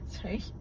Sorry